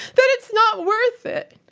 that it's not worth it.